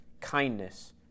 kindness